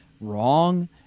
wrong